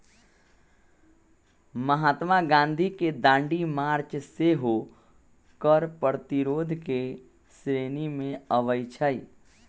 महात्मा गांधी के दांडी मार्च सेहो कर प्रतिरोध के श्रेणी में आबै छइ